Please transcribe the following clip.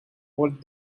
what